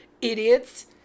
idiots